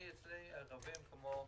אצלי הערבים הם כמו כולם,